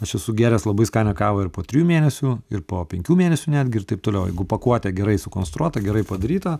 aš esu gėręs labai skanią kavą ir po trijų mėnesių ir po penkių mėnesių netgi ir taip toliau jeigu pakuotė gerai sukonstruota gerai padaryta